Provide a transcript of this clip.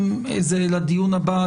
אם זה לדיון הבא,